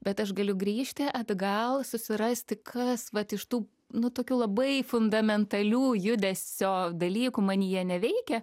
bet aš galiu grįžti atgal susirasti kas vat iš tų nu tokių labai fundamentalių judesio dalykų manyje neveikia